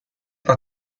pas